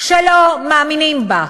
שלא מאמינים בה.